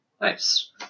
Nice